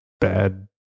Bad